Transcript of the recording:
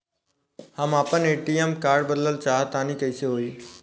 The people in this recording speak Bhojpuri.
हम आपन ए.टी.एम कार्ड बदलल चाह तनि कइसे होई?